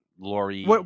Lori